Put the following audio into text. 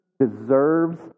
deserves